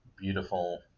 beautiful